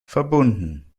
verbunden